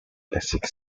basic